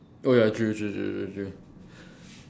oh ya true true true true true